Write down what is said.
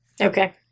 okay